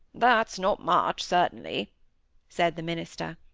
that's not much, certainly said the minister.